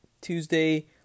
Tuesday